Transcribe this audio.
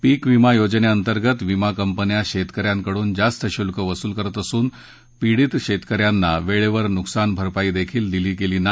पिकविमायोजने अंतर्गत विमाकंपन्या शेतकर्यांकडून जास्त शुल्क वसूल करत असून पिडीत शेतकर्यांना वेळेवर नुकसानभरपाईही दिली गेली नाही